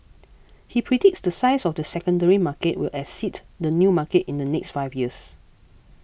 he predicts the size of the secondary market will exceed the new market in the next five years